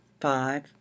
five